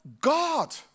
God